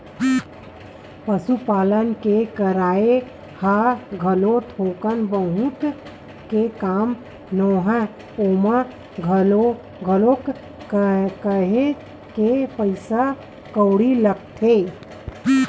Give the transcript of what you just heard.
पसुपालन के करई ह घलोक थोक बहुत के काम नोहय ओमा घलोक काहेच के पइसा कउड़ी लगथे